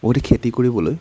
অধিক খেতি কৰিবলৈ